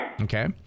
Okay